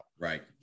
Right